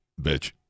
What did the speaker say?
bitch